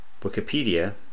Wikipedia